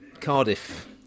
Cardiff